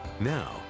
Now